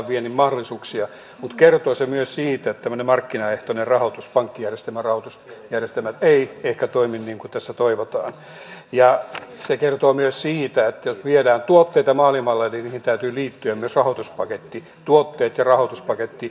mutta kertoo se myös siitä että tämmöinen markkinaehtoinen pankkijärjestelmän rahoitusjärjestelmä ei ehkä toimi niin kuin tässä toivotaan ja se kertoo myös siitä että jos viedään tuotteita maailmalle niin niihin täytyy liittyä myös rahoituspaketti tuotteet ja rahoituspaketti mahdollistavat sen viennin edistämisen